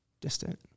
distant